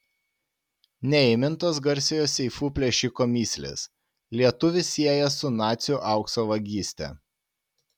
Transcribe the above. neįmintos garsiojo seifų plėšiko mįslės lietuvį sieja su nacių aukso vagyste